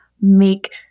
make